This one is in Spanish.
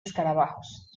escarabajos